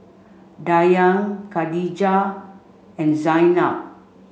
Dayang Khadija and Zaynab